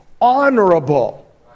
honorable